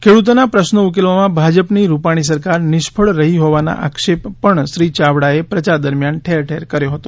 ખેડૂતોના પ્રશ્નો ઉકેલવામાં ભાજપ ની રૂપાણી સરકાર નિષ્ફળ રહી હોવાનો આક્ષેપ પણ શ્રી યાવડા એ પ્રયાર દરમ્યાન ઠેર ઠેર કર્યો હતો